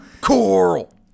Coral